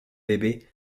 bébé